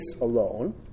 alone